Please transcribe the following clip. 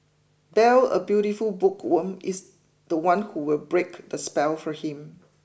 Belle a beautiful bookworm is the one who will break the spell for him